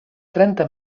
trenta